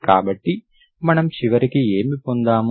కాబట్టి మనం చివరకు ఏమి పొందాము